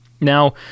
Now